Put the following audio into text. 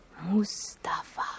Mustafa